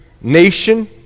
nation